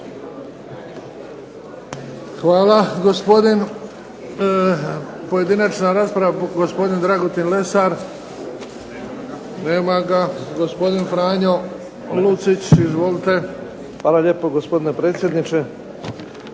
Hvala. Pojedinačna rasprava. Gospodin Dragutin Lesar. Nema ga. Gospodin Franjo Lucić, izvolite. **Lucić, Franjo (HDZ)** Hvala lijepo, gospodine predsjedniče.